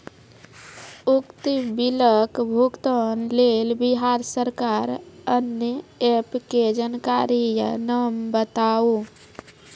उक्त बिलक भुगतानक लेल बिहार सरकारक आअन्य एप के जानकारी या नाम बताऊ?